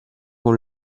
con